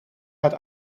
het